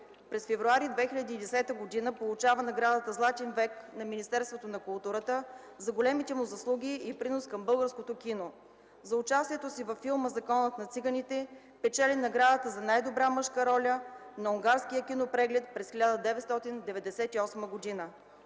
месец февруари 2010 г. получава наградата „Златен век” на Министерството на културата за големите му заслуги и принос към българското кино. За участието си във филма „Законът на циганите” печели наградата за най-добра мъжка роля на унгарския кинопреглед през 1998 г.